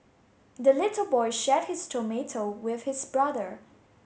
the little boy shared his tomato with his brother